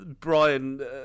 Brian